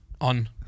on